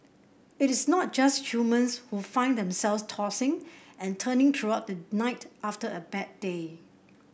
it is not just humans who find themselves tossing and turning throughout the night after a bad day